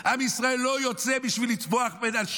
עם ישראל לא יוצא בשביל לטבוח באנשים,